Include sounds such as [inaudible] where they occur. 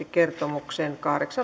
[unintelligible] kertomuksen